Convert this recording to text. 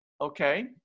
okay